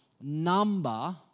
number